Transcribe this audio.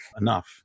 enough